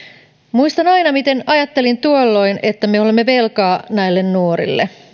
muistan aina miten ajattelin tuolloin että me olemme velkaa näille nuorille